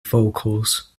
vocals